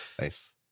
Nice